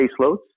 caseloads